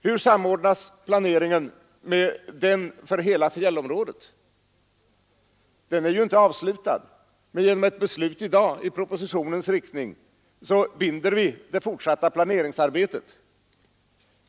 Hur samordnas den här planeringen med den för hela fjällområdet? Den sistnämnda är ju inte avslutad, men genom ett beslut i dag i propositionens riktning binder vi det fortsatta planeringsarbetet.